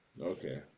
Okay